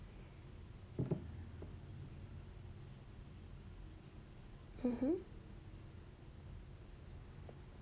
mmhmm